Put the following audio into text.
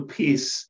peace